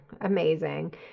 amazing